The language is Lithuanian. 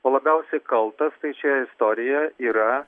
o labiausiai kaltas tai čia istorija yra